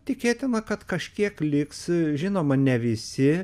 tikėtina kad kažkiek liks žinoma ne visi